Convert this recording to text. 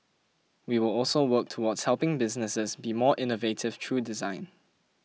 we will also work towards helping businesses be more innovative through design